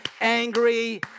angry